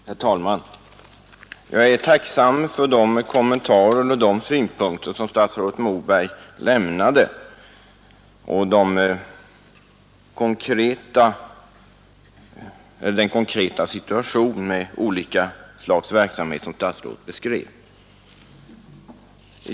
Herr talman! Jag är tacksam för de kommentarer och de synpunkter som statsrådet Moberg lämnade i fråga om den konkreta situationen och de olika slags verksamhet som statsrådet beskrev.